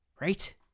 right